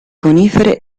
conifere